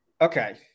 Okay